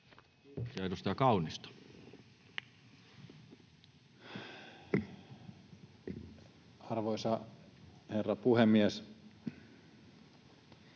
Edustaja Kaunisto. Arvoisa herra puhemies!